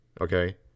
Okay